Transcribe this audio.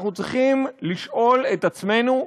אנחנו צריכים לשאול את עצמנו,